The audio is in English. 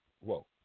Whoa